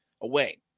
away